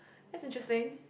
that's interesting